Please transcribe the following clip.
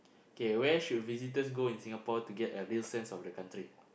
okay where should visitors go in Singapore to get a this sense of the country